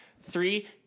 Three